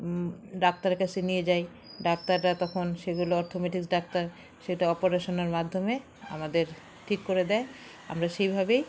ডাক্তারের কাছে নিয়ে যাই ডাক্তাররা তখন সেখানে অর্থোপেডিক ডাক্তার সেটা অপারেশনের মাধ্যমে আমাদের ঠিক করে দেয় আমরা সেইভাবেই